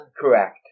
Correct